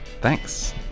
thanks